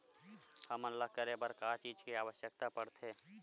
हमन ला करे बर का चीज के आवश्कता परथे?